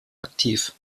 aktiv